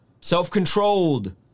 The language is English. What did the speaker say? Self-controlled